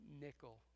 nickel